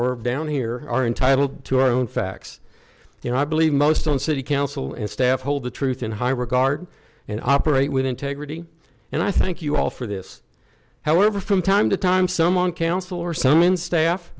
or down here are entitled to our own facts you know i believe most on city council and staff hold the truth in high regard and operate with integrity and i thank you all for this however from time to time someone counsel or some in sta